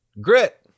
grit